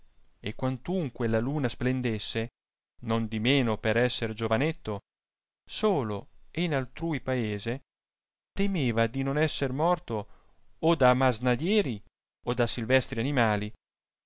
e quantunque la luna splendesse nondimeno per esser giovanetto solo e in altrui paese temeva di non esser morto o da masnadieri da silvestri animali